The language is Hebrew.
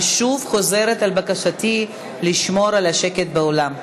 ושוב חוזרת על בקשתי לשמור על השקט באולם.